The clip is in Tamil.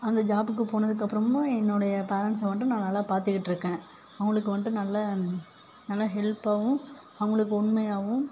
அந்த ஜாப்புக்கு போனதுக்கு அப்புறமும் என்னுடைய பேரண்ட்ஸை வந்துட்டு நான் நல்லா பார்த்துக்கிட்ருக்கேன் அவர்களுக்கு வந்துட்டு நல்ல நல்ல ஹெல்ப்பாவும் அவர்களுக்கு உண்மையாகவும்